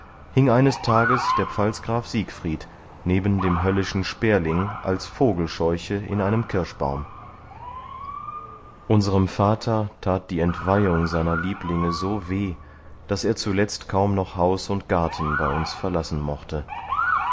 hing eines tages der pfalzgraf siegfried neben dem höllischen sperling als vogelscheuche in einem kirschbaum unserem vater tat die entweihung seiner lieblinge so weh daß er zuletzt kaum noch haus und garten bei uns verlassen mochte